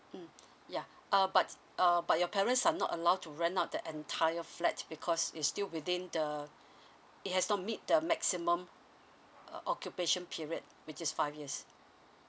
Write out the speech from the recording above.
mm yeah uh but err about your parents are not allowed to rent out the entire flat because it's still within the it has not meet the maximum uh occupation period which is five years